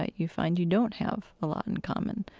ah you find you don't have a lot in common,